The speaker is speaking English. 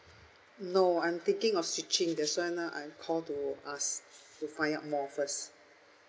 no I'm thinking of switching that's why now I'm call to ask to find out more first